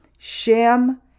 Shem